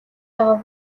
байгаа